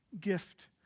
gift